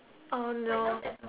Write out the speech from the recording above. oh no